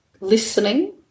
listening